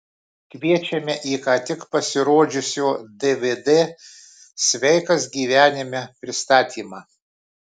kviečiame į ką tik pasirodžiusio dvd sveikas gyvenime pristatymą